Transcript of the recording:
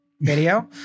video